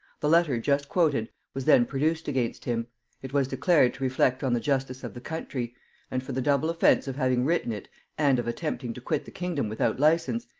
the letter just quoted was then produced against him it was declared to reflect on the justice of the country and for the double offence of having written it and of attempting to quit the kingdom without license,